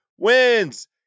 wins